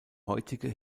heutige